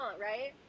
right